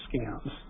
scams